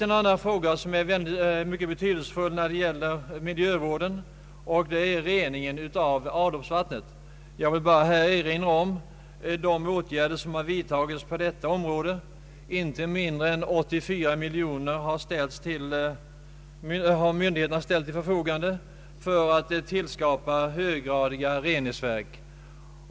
En annan fråga som är mycket viktig när det gäller miljövården är rening av avloppsvattnet. Jag vill bara här erinra om de åtgärder som vidtagits på detta område. Inte mindre än 84 miljoner kronor har ställts till förfogande av myndigheterna för att tillskapa höggradiga reningsverk.